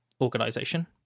organization